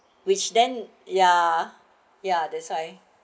which then ya ya that's why